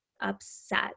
upset